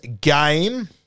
game